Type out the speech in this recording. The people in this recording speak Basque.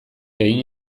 egin